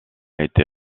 été